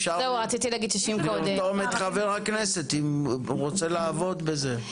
אפשר לרתום את חבר הכנסת אם הוא רוצה לעבוד בזה.